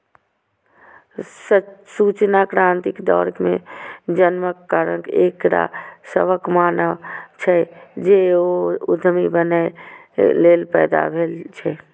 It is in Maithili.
सूचना क्रांतिक दौर मे जन्मक कारण एकरा सभक मानब छै, जे ओ उद्यमी बनैए लेल पैदा भेल छै